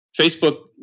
Facebook